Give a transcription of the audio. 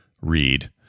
read